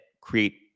create